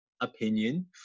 opinion